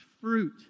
fruit